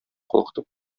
калкытып